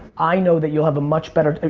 i know that you'll have a much better.